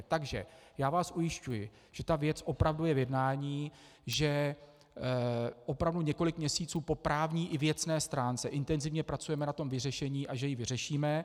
Takže já vás ujišťuji, že ta věc je opravdu v jednání, že opravdu několik měsíců po právní i věcné stránce intenzivně pracujeme na vyřešení a že ji vyřešíme.